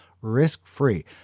risk-free